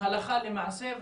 הלכה למעשה.